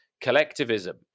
collectivism